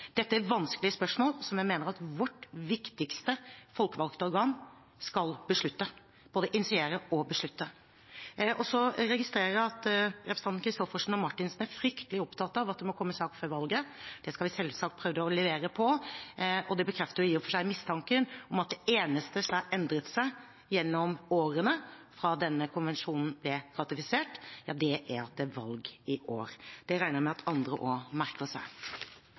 Dette er vanskelige spørsmål som jeg mener at vårt viktigste folkevalgte organ skal beslutte – både initiere og beslutte. Så registrerer jeg at representantene Christoffersen og Henriksen er fryktelig opptatt av at det må komme en sak før valget. Det skal vi selvsagt prøve å levere på, og det bekrefter i og for seg mistanken om at det eneste som har endret seg gjennom årene fra denne konvensjonen ble ratifisert, er at det er valg i år. Det regner jeg med at andre også merker seg.